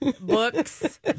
books